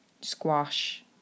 squash